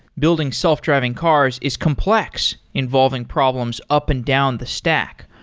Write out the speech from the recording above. building self-driving cars is complex involving problems up and down the stack.